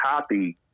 copy